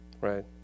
right